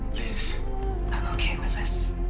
lis. i'm okay with this